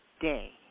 day